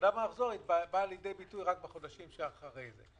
הירידה במחזור באה לידי ביטוי רק בחודשים שאחרי כן.